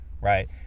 right